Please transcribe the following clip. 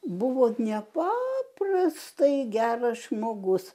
buvo nepaprastai geras žmogus